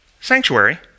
sanctuary